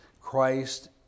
Christ